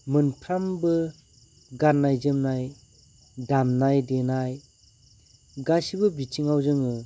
मोनफ्रामबो गाननाय जोमनाय दामनाय देनाय गासिबो बिथिङाव जोंङो